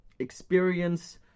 experience